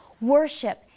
Worship